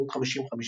עמ' 51-50,